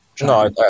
No